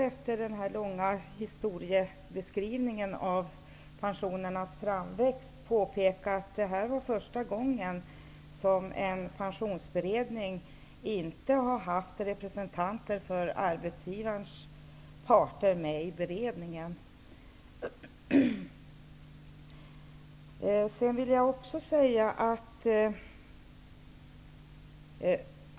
Efter den här långa historiebeskrivningen över pensionernas framväxt, vill jag påpeka att det nu är första gången som en pensionsberedning inte har haft representanter för arbetsgivarens parter med i beredningen.